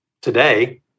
today